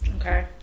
okay